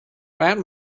that